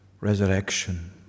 resurrection